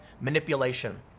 manipulation